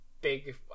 big